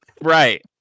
Right